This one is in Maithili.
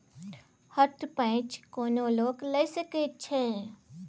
हथ पैंच कोनो लोक लए सकैत छै